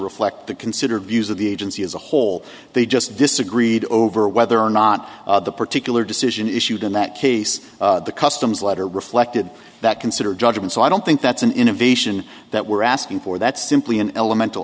reflect the considered views of the agency as a whole they just disagreed over whether or not the particular decision issued in that case the customs letter reflected that considered judgment so i don't think that's an innovation that we're asking for that's simply an elemental